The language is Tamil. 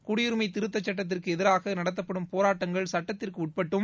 குடியுரிமை திருத்த சட்டத்திற்கு எதிராக நடத்தப்படும் போராட்டங்கள் சட்டத்திற்குட்பட்டும்